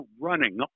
running